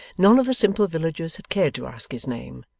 none of the simple villagers had cared to ask his name,